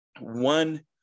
one